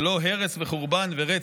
ולא הרס וחורבן ורצח?